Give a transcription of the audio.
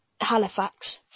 Halifax